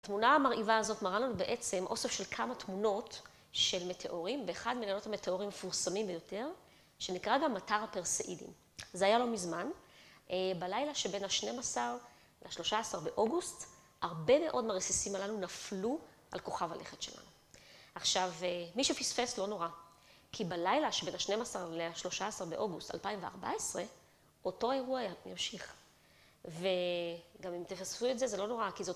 התמונה המרהיבה הזאת מראה לנו בעצם אוסף של כמה תמונות של מטאורים, באחד מלילות המטאורים המפורסמים ביותר, שנקרא גם מטר הפרסאידים. זה היה לא מזמן, בלילה שבין ה-12 ל-13 באוגוסט, הרבה מאוד מהרסיסים הללו נפלו על כוכב הלכת שלנו. עכשיו, מי שפספס לא נורא, כי בלילה שבין ה-12 ל-13 באוגוסט 2014, אותו האירוע המשיך. וגם אם תפספסו את זה זה לא נורא, כי זאת